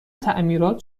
تعمیرات